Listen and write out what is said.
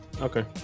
Okay